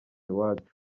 iwacu